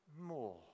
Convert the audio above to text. more